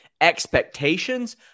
expectations